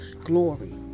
Glory